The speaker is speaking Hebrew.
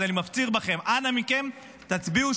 אז אני מפציר בכם, אנא מכם, תצביעו,